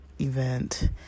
event